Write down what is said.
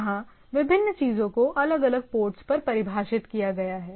जहां विभिन्न चीजों को अलग अलग पोट्स पर परिभाषित किया गया है